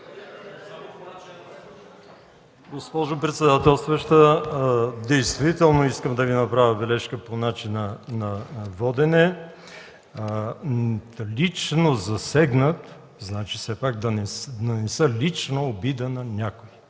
Госпожо председател, действително искам да Ви направя бележка по начина на водене. „Лично засегнат” означава да нанеса лична обида на някого.